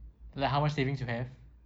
like how much savings you have